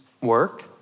work